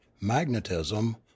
magnetism